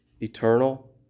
eternal